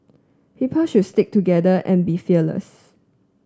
people should stick together and be fearless